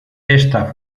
esta